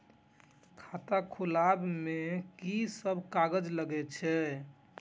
खाता खोलाअब में की सब कागज लगे छै?